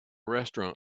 restaurant